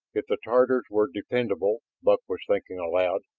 if the tatars were dependable. buck was thinking aloud.